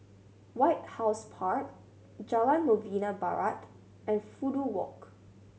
White House Park Jalan Novena Barat and Fudu Walk